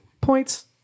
Points